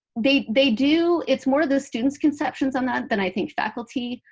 they they do. it's more the students' conceptions on that than i think faculty.